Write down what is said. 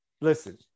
listen